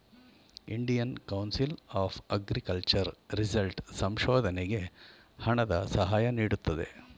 Indian council of agriculture result ಸಂಶೋಧನೆಗೆ ಹಣದ ಸಹಾಯ ನೀಡುತ್ತದೆ